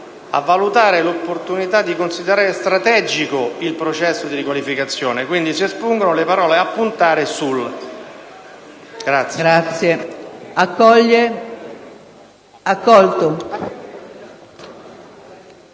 a valutare l'opportunità di considerare strategico il processo di riqualificazione», espungendo le parole «a puntare sul».